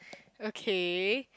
okay